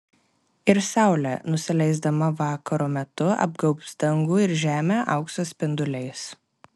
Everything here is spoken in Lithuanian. ir saulė nusileisdama vakaro metu apgaubs dangų ir žemę aukso spinduliais